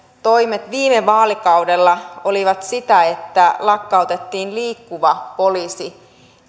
toimet viime vaalikaudella olivat sellaiset että lakkautettiin liikkuva poliisi